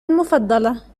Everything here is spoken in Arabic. المفضلة